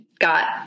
got